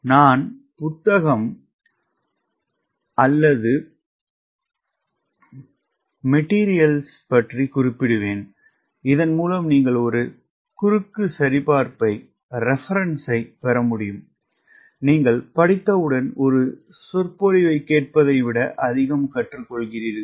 நான் புத்தகம் அல்லது மேட்டிரியல் பற்றி குறிப்பிடுவேன் இதன்மூலம் நீங்கள் ஒரு குறுக்கு சரிபார்ப்பைப் பெற முடியும் நீங்கள் படித்தவுடன் ஒரு சொற்பொழிவைக் கேட்பதை விட அதிகம் கற்றுக்கொள்கிறீர்கள்